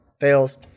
Fails